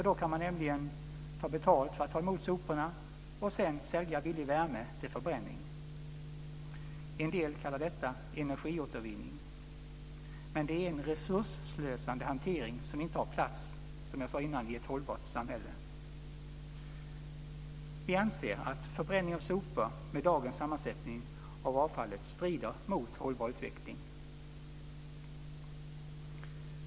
Då kan man nämligen ta betalt för att ta emot soporna och sedan sälja billig värme från förbränningen. En del kallar detta för energiåtervinning, men det är en resursslösande hantering som inte har plats, som jag sade tidigare, i ett hållbart samhälle. Vi anser att förbränning av sopor, med dagens sammansättning av avfallet, strider mot en hållbar utveckling.